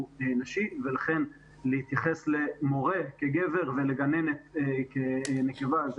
נשי ולכן להתייחס למורה כגבר ולגננת כנקבה,